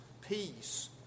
peace